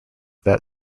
that